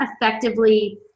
effectively